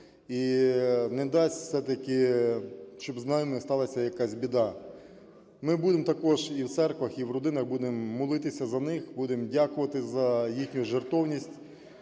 і не дасть все-таки, щоб з ними не сталась якась біда. Ми будемо також і в церквах, і в родинах будемо молитися за них, будемо дякувати за їхню жертовність.